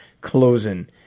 closing